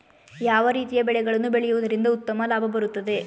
ಯಾವ ರೀತಿಯ ಬೆಳೆಗಳನ್ನು ಬೆಳೆಯುವುದರಿಂದ ಉತ್ತಮ ಲಾಭ ಬರುತ್ತದೆ?